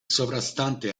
sovrastante